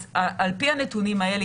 אז לפי הנתונים האלה,